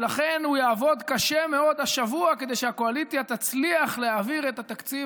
ולכן הוא יעבוד קשה מאוד השבוע כדי שהקואליציה תצליח להעביר את התקציב